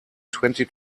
twenty